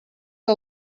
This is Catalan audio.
que